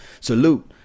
salute